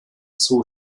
zoo